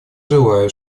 желаю